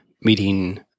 meeting